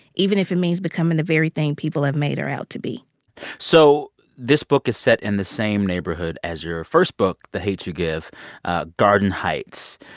even if it means becoming the very thing people have made her out to be so this book is set in the same neighborhood as your first book, the hate u give ah garden heights.